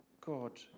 God